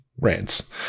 rants